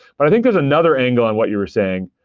but i think there's another angle on what you're saying.